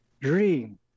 Dream